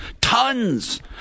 tons